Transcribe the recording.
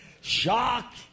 Shock